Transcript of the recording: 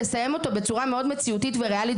לסיים אותו בצורה מאוד מציאותית וריאלית